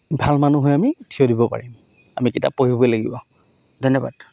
ভাল মানুহ হৈ আমি থিয় দিব পাৰিম আমি কিতাপ পঢ়িবই লাগিব ধন্যবাদ